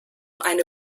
eine